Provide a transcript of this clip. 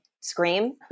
scream